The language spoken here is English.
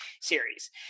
series